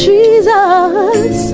Jesus